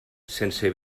sense